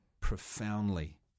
profoundly